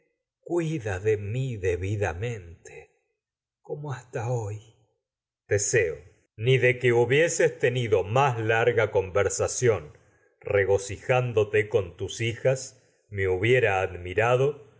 cuida debidamente como hoy con teseo ni versación de que hubieses tenido más con larga regocijándote tus hijas me hubiera admi